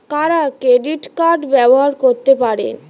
কারা debit card ব্যবহার করতে পারেন?